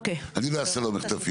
אז אני לא אעשה לו מחטפים.